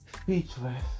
Speechless